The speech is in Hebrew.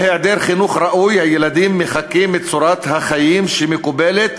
בהיעדר חינוך ראוי הילדים מחקים את צורת החיים המקובלת,